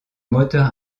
moteur